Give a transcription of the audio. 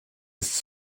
ist